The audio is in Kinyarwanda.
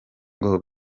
ngo